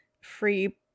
Free